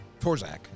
Torzak